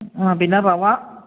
ആ പിന്നെ റവ